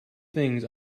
things